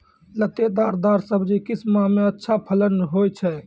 लतेदार दार सब्जी किस माह मे अच्छा फलन होय छै?